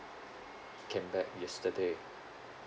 came back yesterday